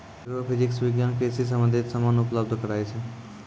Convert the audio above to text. agrophysics विज्ञान कृषि संबंधित समान उपलब्ध कराय छै